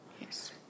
Yes